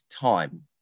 time